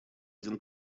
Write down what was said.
один